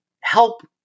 help